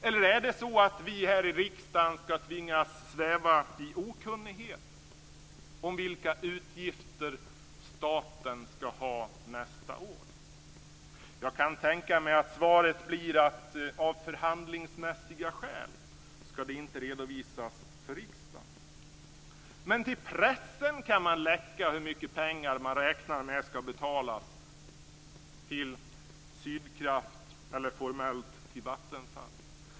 Eller är det så att vi här i riksdagen skall tvingas sväva i okunnighet om vilka utgifter staten skall ha nästa år? Jag kan tänka mig att svaret blir att av förhandlingsmässiga skäl skall det inte redovisas för riksdagen. Men till pressen kan man läcka hur mycket pengar man räknar med skall betalas till Sydkraft eller formellt till Vattenfall.